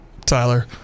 tyler